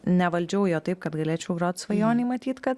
nevaldžiau jo taip kad galėčiau grot svajonėj matyt kad